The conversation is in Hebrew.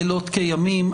לילות כימים.